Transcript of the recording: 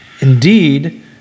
Indeed